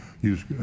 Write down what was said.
use